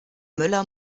möller